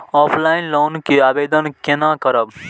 Offline loan के आवेदन केना करब?